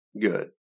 good